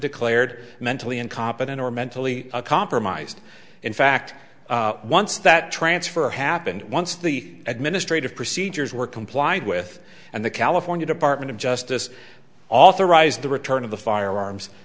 declared mentally incompetent or mentally compromised in fact once that transfer happened once the administrative procedures were complied with and the california department of justice authorized the return of the firearms